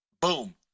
boom